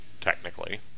technically